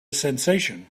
sensation